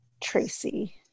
Tracy